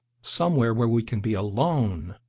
somewhere where we can be alone,